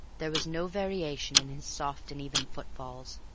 there was no variation in his soft and even footfalls.